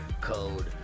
code